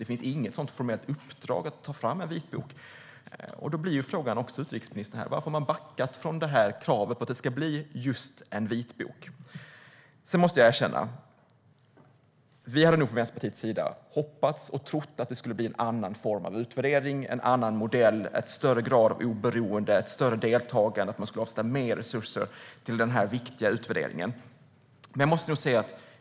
Det finns inget formellt uppdrag att ta fram en vitbok. Därför blir frågan till utrikesministern varför regeringen backat från kravet på att det ska tas fram just en vitbok. Sedan måste jag erkänna att vi från Vänsterpartiets sida nog hade hoppats och trott att det skulle bli en annan form av utvärdering, en annan modell, en större grad av oberoende, ett större deltagande och att mer resurser skulle avsättas till den viktiga utvärderingen.